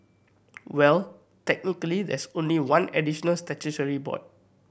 well technically there is only one additional statutory board